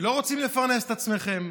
ולא רוצים לפרנס את עצמכם.